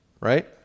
right